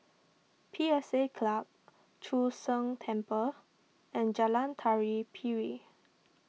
P S A Club Chu Sheng Temple and Jalan Tari Piring